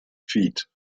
feet